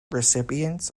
recipients